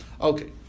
Okay